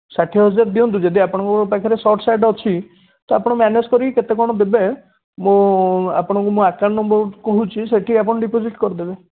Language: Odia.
ଷାଠିଏ ହଜାର ଦିଅନ୍ତୁ ଯଦି ଆପଣଙ୍କ ପାଖରେ ସର୍ଟ୍ ସାର୍ଟ ଅଛି ତ ଆପଣ ମ୍ୟାନେଜ୍ କରିକି କେତେ କ'ଣ ଦେବେ ମୁଁ ଆପଣଙ୍କୁ ମୋ ଆକାଉଣ୍ଟ୍ ନମ୍ବର୍ କହୁଛି ସେଠି ଆପଣ ଡିପୋଜିଟ୍ କରିଦେବେ